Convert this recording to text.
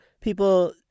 people